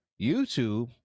YouTube